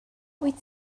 wyt